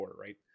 right